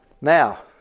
Now